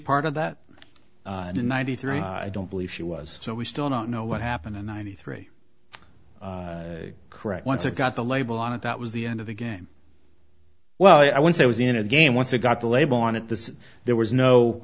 part of that and in ninety three i don't believe she was so we still don't know what happened in ninety three correct once i got the label on it that was the end of the game well i once i was in a game once it got the label on it this there was no